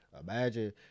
Imagine